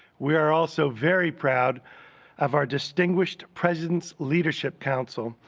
we are also very proud of our distinguished president's leadership council,